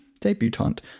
Debutante